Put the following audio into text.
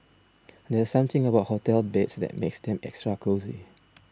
there's something about hotel beds that makes them extra cosy